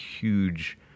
huge